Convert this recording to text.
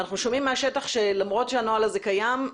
ואנחנו שומעים מהשטח שלמרות שהנוהל הזה קיים,